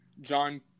John